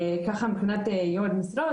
כך מבחינת ייעוד משרות,